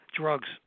drugs